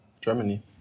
Germany